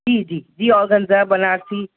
جی جی جی آگنز بنارسی